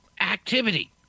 activity